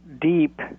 deep